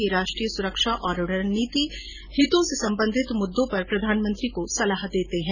ये राष्ट्रीय सुरक्षा और रणनीतिक हितों से संबंधित मुद्दों पर प्रधानमंत्री को सलाह देते हैं